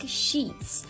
sheets